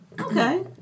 Okay